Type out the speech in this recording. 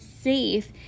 safe